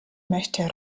möchte